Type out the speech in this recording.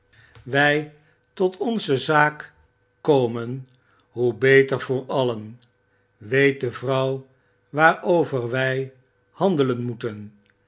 wij tot onze zaak komen hoe beter voor allen weet de vrouw waarover wij handelen meten